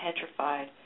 petrified